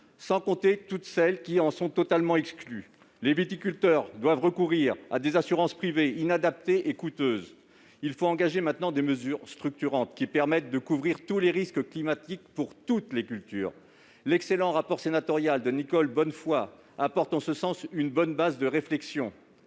sans compter toutes celles qui en sont totalement exclues. Les viticulteurs doivent recourir à des assurances privées, inadaptées et coûteuses. Il faut maintenant engager des mesures structurantes à même de couvrir tous les risques climatiques pour toutes les cultures. L'excellent rapport sénatorial de Nicole Bonnefoy constitue une bonne base de réflexion